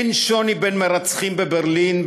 אין שוני בין מרצחים בברלין,